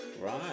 right